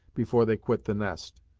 before they quit the nest.